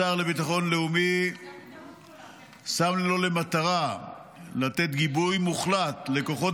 השר לביטחון לאומי שם לו למטרה לתת גיבוי מוחלט לכוחות